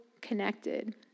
connected